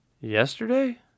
yesterday